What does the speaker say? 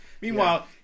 Meanwhile